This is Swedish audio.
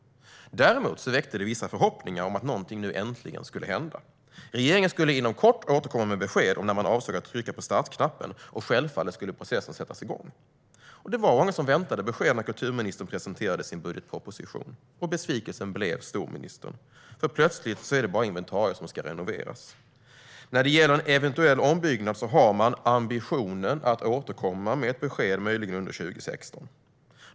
Däremot väckte det vissa förhoppningar om att någonting äntligen skulle hända. Regeringen skulle inom kort återkomma med besked om när man avsåg att trycka på startknappen, och självfallet skulle processen sättas igång. Det var också många som väntade på besked när kulturministern presenterade sin budgetproposition. Besvikelsen blev stor, ministern. Plötsligt är det bara inventarier som ska renoveras. När det gäller en eventuell ombyggnad har man "ambitionen" att återkomma med besked, möjligen under 2016.